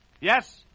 Yes